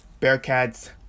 Bearcats